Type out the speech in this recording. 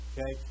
Okay